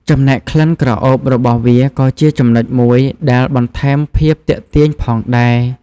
ចំណែក ក្លិនក្រអូបរបស់វាក៏ជាចំណុចមួយដែលបន្ថែមភាពទាក់ទាញផងដែរ។